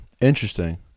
Interesting